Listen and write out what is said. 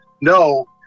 no